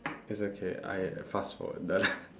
it's okay I fast forward the